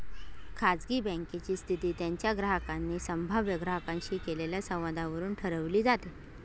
खाजगी बँकेची स्थिती त्यांच्या ग्राहकांनी संभाव्य ग्राहकांशी केलेल्या संवादावरून ठरवली जाते